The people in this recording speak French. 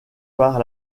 par